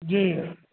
जी